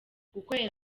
gukorera